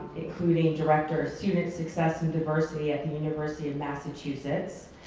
including director of student success and diversity at the university of massachusetts,